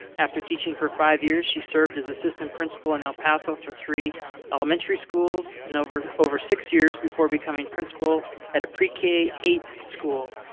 after teaching for five years, she served as assistant principal in el paso for three elementary schools and over over six years before becoming principal at eight school.